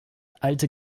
alte